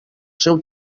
seu